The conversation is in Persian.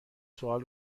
سوال